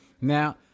Now